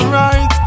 right